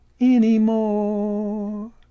anymore